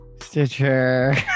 Stitcher